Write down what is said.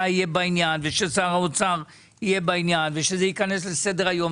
יהיה בעניין וששר האוצר יהיה בעניין ושזה ייכנס לסדר היום.